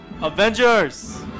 Avengers